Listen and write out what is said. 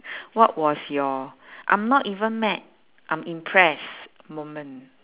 what was your I'm not even mad I'm impressed moment